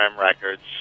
Records